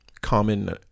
common